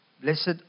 Blessed